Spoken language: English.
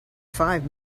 five